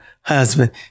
husband